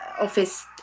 office